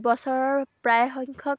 বছৰৰ প্ৰায় সংখ্যক